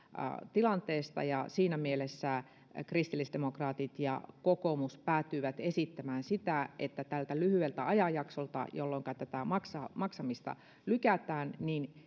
tilanteesta siinä mielessä kristillisdemokraatit ja kokoomus päätyivät esittämään sitä että tältä lyhyeltä ajanjaksolta jolloinka tätä maksamista lykätään